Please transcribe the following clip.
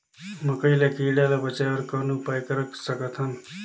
मकई ल कीड़ा ले बचाय बर कौन उपाय कर सकत हन?